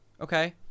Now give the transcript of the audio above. okay